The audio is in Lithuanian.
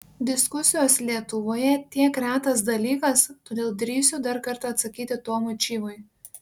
diskusijos lietuvoje tiek retas dalykas todėl drįsiu dar kartą atsakyti tomui čyvui